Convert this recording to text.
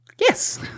Yes